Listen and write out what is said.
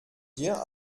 dir